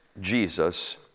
Jesus